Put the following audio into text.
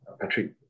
Patrick